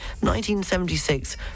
1976